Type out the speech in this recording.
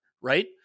right